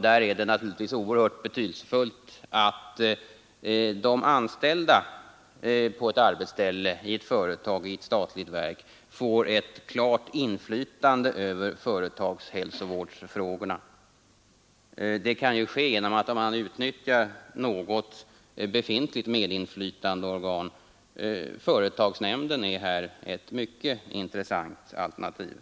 Där är det naturligtvis oerhört betydelsefullt att de anställda på olika arbetsställen — i ett företag, i ett statligt verk — får ett klart inflytande över företagshälsovårdsfrågorna. Detta kan ske genom att man utnyttjar något befintligt medinflytandeorgan. Företagsnämnden är här ett mycket intressant alternativ.